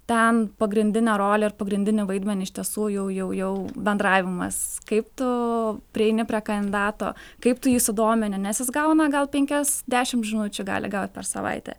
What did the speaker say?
ten pagrindinę rolę ir pagrindinį vaidmenį iš tiesų jau jau jau bendravimas kaip tu prieini prie kandidato kaip tu jį sudomini nes jis gauna gal penkias dešimt minučių gali gaut per savaitę